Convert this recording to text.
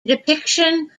depiction